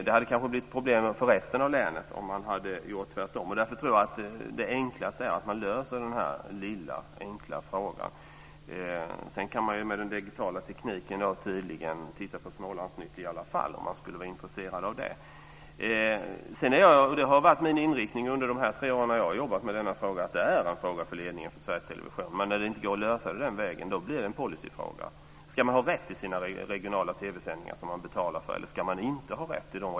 Det hade kanske blivit problem för resten av länet om man hade gjort tvärtom, och därför tror jag att det enklaste är att man löser den här lilla, enkla frågan. Sedan kan man med den digitala tekniken i dag tydligen titta på Smålandsnytt i alla fall, om man skulle vara intresserad av det. Sedan har det varit min inriktning under de tre år jag har jobbat med denna fråga att det är en fråga för ledningen för Sveriges Television. Men när det inte går att lösa det den vägen blir det en policyfråga. Ska man ha rätt till sina regionala TV-sändningar som man betalar för, eller ska man inte ha det?